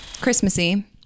Christmassy